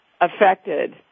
affected